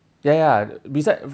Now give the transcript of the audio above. ya ya beside